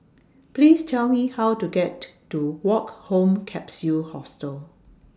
Please Tell Me How to get to Woke Home Capsule Hostel